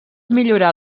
millorar